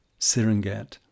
Serengeti